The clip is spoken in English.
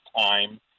time